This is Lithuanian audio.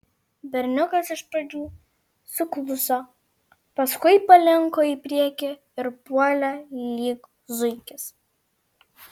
berniukas iš pradžių sukluso paskui palinko į priekį ir puolė lyg zuikis